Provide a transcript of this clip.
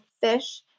fish